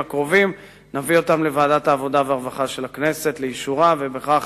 נביא אותן לוועדת העבודה והרווחה של הכנסת לאישור ובכך